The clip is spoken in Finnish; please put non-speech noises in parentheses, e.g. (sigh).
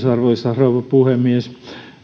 (unintelligible) arvoisa rouva puhemies